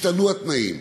השתנו התנאים.